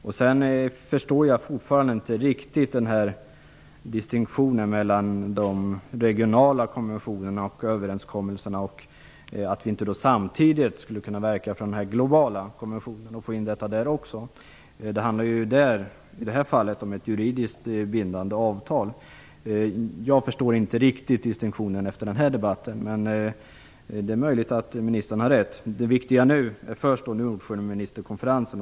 Jag förstår fortfarande inte riktigt distinktionen mellan att ha regionala konventioner och överenskommelser och att vi inte samtidigt skulle kunna verka för att få in detta i en global konvention. I detta fall handlar det om ett juridiskt bindande avtal. Jag förstår inte riktigt distinktionen efter denna debatt. Det är möjligt att ministern har rätt. Det viktiga nu är Nordsjöministerkonferensen.